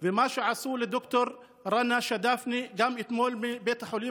ומה שעשו גם לד"ר רנא שדאפנה אתמול בבית החולים